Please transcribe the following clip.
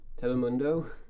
Telemundo